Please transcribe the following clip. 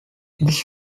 this